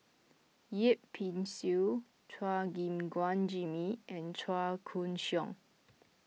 Yip Pin Xiu Chua Gim Guan Jimmy and Chua Koon Siong